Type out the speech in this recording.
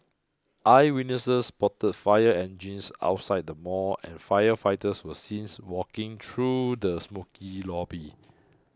eyewitnesses spotted fire engines outside the mall and firefighters were seen walking through the smokey lobby